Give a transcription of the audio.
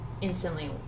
instantly